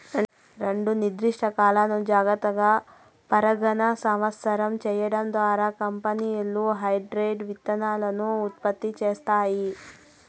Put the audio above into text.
రెండు నిర్దిష్ట రకాలను జాగ్రత్తగా పరాగసంపర్కం చేయడం ద్వారా కంపెనీలు హైబ్రిడ్ విత్తనాలను ఉత్పత్తి చేస్తాయి